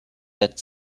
that